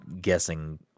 Guessing